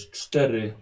cztery